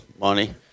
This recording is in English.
money